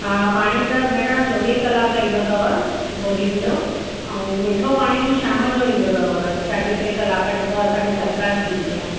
हा पाणी त भेण चोवीह कलाक ईंदो अथव बोरिंग जो ऐं मिठो पाणी शाम जो ईंदो अथव साढे टे कलाक जेको असांखे सरकार ॾींदी आहे